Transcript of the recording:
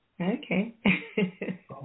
okay